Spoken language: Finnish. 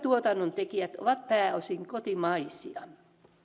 tuotannon tekijät ovat pääosin kotimaisia